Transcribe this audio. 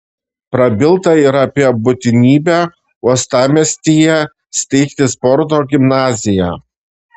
prabilta ir apie būtinybę uostamiestyje steigti sporto gimnaziją